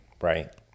Right